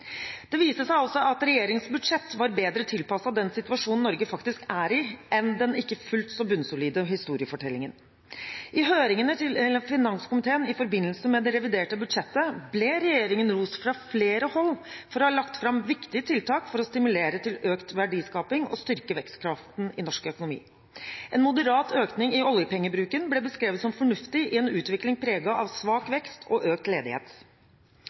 Det viste seg altså at regjeringens budsjett var bedre tilpasset den situasjonen Norge faktisk er i, enn den ikke fullt så bunnsolide historiefortellingen. I høringene til finanskomiteen i forbindelse med det reviderte budsjettet ble regjeringen rost fra flere hold for å ha lagt fram viktige tiltak for å stimulere til økt verdiskaping og styrke vekstkraften i norsk økonomi. En moderat økning i oljepengebruken ble beskrevet som fornuftig i en utvikling preget av svak vekst og økt ledighet.